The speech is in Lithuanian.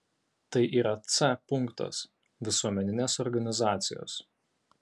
tai yra c punktas visuomeninės organizacijos